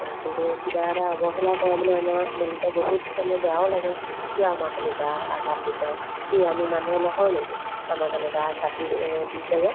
কিন্তু কিবা এটা অৱহেলা কৰে মানে আমাৰ মনতে বহুত মানে বেয়াও লাগে কিয় আমাক এনেকুৱা আঘাত দিছে কি আমি মানুহ নহয় নেকি আমাক এনেকুৱা আঘাত দি দিছে যে